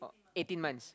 eighteen months